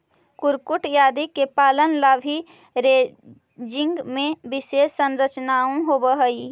कुक्कुट आदि के पालन ला भी रैंचिंग में विशेष संरचनाएं होवअ हई